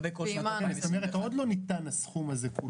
כלומר, עוד לא ניתן הסכום הזה.